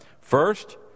First